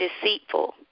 deceitful